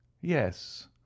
yes